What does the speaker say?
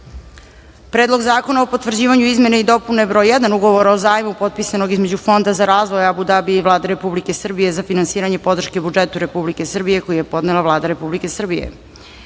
Predlog zakona o potvrđivanju Izmene i dopune br. 1 Ugovora o zajmu potpisanog između Fonda za razvoj Abu Dabija i Vlade Republike Srbije za finansiranje podrške budžetu Republike Srbije, koji je podnela Vlada Republike Srbije;19.